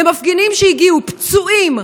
על מפגינים שהגיעו פצועים,